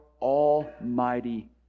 Almighty